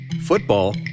Football